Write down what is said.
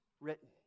written